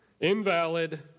invalid